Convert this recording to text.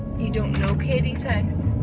you don't know katie's house?